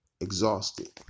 exhausted